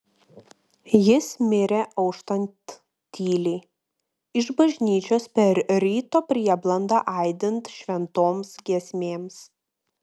jis mirė auštant tyliai iš bažnyčios per ryto prieblandą aidint šventoms giesmėms